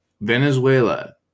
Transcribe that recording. Venezuela